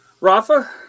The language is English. Rafa